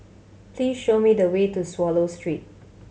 please show me the way to Swallow Street